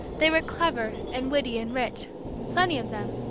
they were clever, and witty, and rich plenty of them,